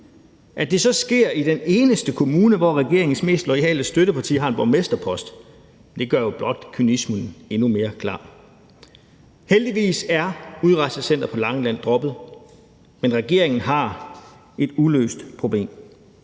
At det så sker i den eneste kommune, hvor regeringens mest loyale støtteparti har en borgmesterpost, gør jo blot kynismen endnu mere klar. Heldigvis er udrejsecenteret på Langeland droppet, men regeringen har et uløst problem.